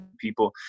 people